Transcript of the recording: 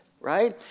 right